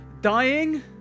dying